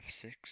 six